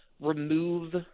remove